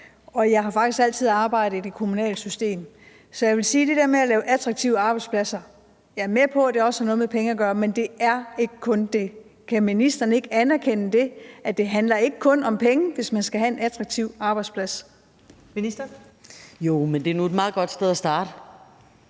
og jeg har faktisk altid arbejdet i det kommunale system. Så i forhold til det der med at lave attraktive arbejdspladser vil jeg sige, at jeg er med på, at det også har noget med penge at gøre, men det er ikke kun det. Kan ministeren ikke anerkende det, altså at det ikke kun handler om penge, hvis man skal have en attraktiv arbejdsplads? Kl. 20:05 Første næstformand (Karen